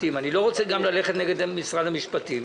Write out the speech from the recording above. רוצה ללכת נגד משרד המשפטים,